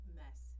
mess